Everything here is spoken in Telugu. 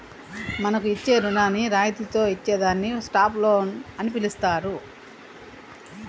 మనకు ఇచ్చే రుణాన్ని రాయితితో ఇత్తే దాన్ని స్టాప్ లోన్ అని పిలుత్తారు